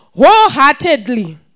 wholeheartedly